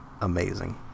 amazing